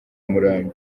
murambo